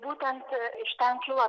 būtent iš ten kilo